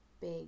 big